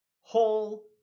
whole